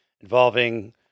involving